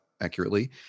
accurately